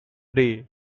day